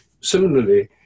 Similarly